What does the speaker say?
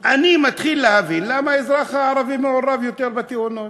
אני מתחיל להבין למה האזרח הערבי מעורב יותר בתאונות,